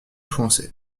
foncé